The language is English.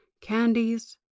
candies